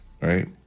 right